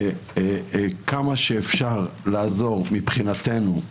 כמה שאפשר לעזור מבחינתנו,